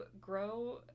grow